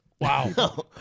Wow